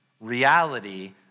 Reality